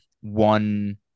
one